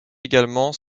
également